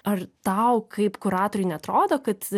ar tau kaip kuratorei neatrodo kad